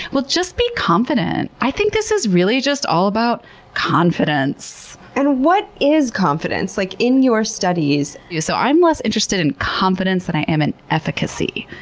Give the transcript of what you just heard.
well, just be confident. i think this is really just all about confidence. and what is confidence? like, in your studies? so i'm less interested in confidence than i am in efficacy.